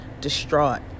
distraught